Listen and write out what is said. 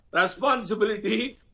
responsibility